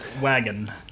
wagon